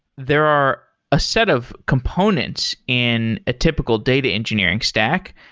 there are a set of components in a typical data engineering stack.